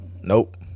Nope